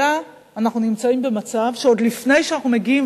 אלא אנחנו נמצאים במצב שעוד לפני שאנחנו מגיעים,